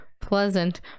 pleasant